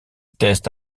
teste